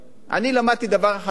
אני למדתי דבר אחד בחיים: